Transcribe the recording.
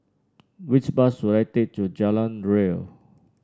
which bus should I take to Jalan Ria